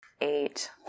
Eight